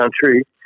country